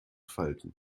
falten